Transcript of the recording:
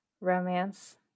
Romance